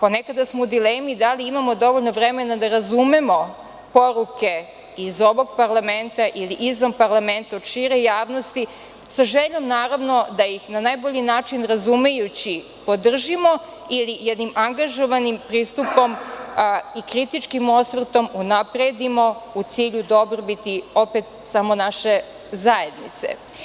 ponekad smo u dilemi da li imamo dovoljno vremena da razumemo poruke iz ovog parlamenta, ili izvan parlamenta od šire javnosti, sa željom naravno da ih na najbolji način razumejući podržimo ili jednim angažovanim pristupom i kritičkim osvrtom unapredimo u cilju dobrobiti, opet, samo naše zajednice.